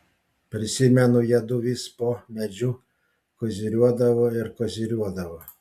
prisimenu jiedu vis po medžiu koziriuodavo ir koziriuodavo